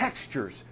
textures